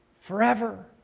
forever